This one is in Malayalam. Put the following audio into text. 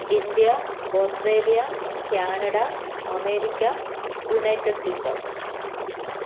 India Australia Canada America United kingdom